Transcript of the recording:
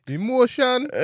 Emotion